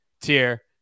tier